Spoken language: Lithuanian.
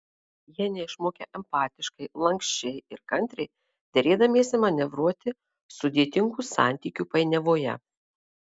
jie neišmokę empatiškai lanksčiai ir kantriai derėdamiesi manevruoti sudėtingų santykių painiavoje